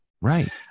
right